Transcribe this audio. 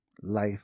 life